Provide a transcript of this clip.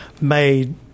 Made